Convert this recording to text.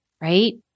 right